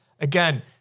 again